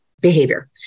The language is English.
behavior